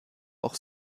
auch